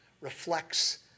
reflects